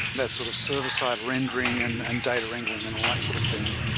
that's sort of server-side rendering and and data wrangling and all that sort of thing.